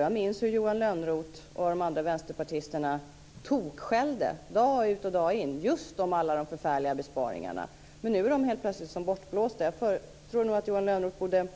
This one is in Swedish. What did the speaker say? Jag minns hur Johan Lönnroth och de andra vänsterpartisterna tokskällde dag ut och dag in just om alla de förfärliga besparingarna. Men nu är de helt plötsligt som bortblåsta. Jag tror nog att Johan Lönnroth borde